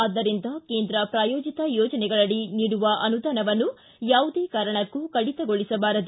ಆದ್ದರಿಂದ ಕೇಂದ್ರ ಪ್ರಾಯೋಜಿತ ಯೋಜನೆಗಳಡಿ ನೀಡುವ ಅನುದಾನವನ್ನು ಯಾವುದೇ ಕಾರಣಕ್ಕೂ ಕಡಿತಗೊಳಿಸಬಾರದು